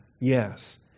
Yes